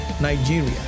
Nigeria